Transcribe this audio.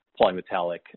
polymetallic